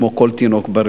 כמו כל תינוק בריא.